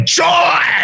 joy